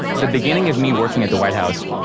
the beginning of me working at the white house,